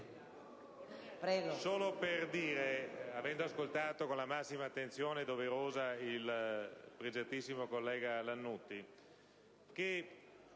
Prego,